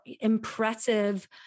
impressive